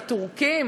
הטורקים,